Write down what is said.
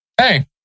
hey